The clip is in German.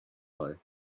bei